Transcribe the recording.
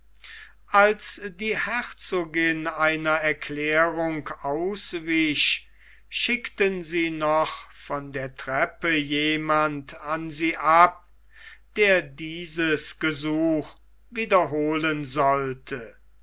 als die herzogin einer erklärung auswich schickten sie noch von der treppe jemand an sie ab der dieses gesuch wiederholen sollte